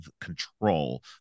control